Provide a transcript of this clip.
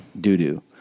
Doo-doo